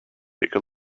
take